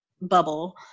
bubble